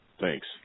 Thanks